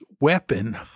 weapon